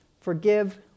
Forgive